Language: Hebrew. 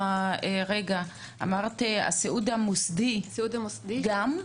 בסיעוד המוסדי גם?